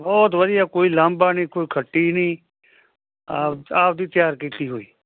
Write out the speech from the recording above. ਬਹੁਤ ਵਧੀਆ ਕੋਈ ਲਾਂਭਾ ਨੀ ਕੋਈ ਖੱਟੀ ਨੀ ਆਪ ਆਪਦੀ ਤਿਆਰ ਕੀਤੀ ਹੋਈ